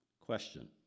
Question